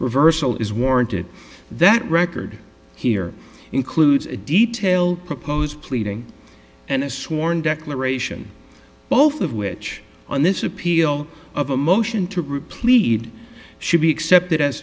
reversal is warranted that record here includes a detailed proposed pleading and a sworn declaration both of which on this appeal of a motion to group plead should be accepted as